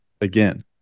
again